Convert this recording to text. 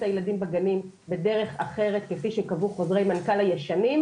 הילדים בגנים בדרך אחרת כפי שקבעו חוזרי מנכ"ל הישנים,